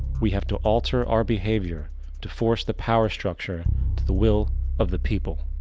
we have to alter our behavior to force the power structure to the will of the people.